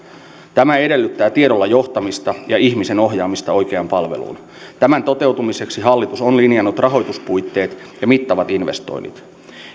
tämä edellyttää tiedolla johtamista ja ihmisen ohjaamista oikeaan palveluun tämän toteutumiseksi hallitus on linjannut rahoituspuitteet ja mittavat investoinnit